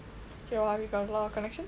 okay !wah! we got a lot of connection